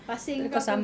pasir kau tu